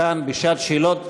כאן בשעת שאלות,